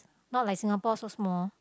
not like Singapore so small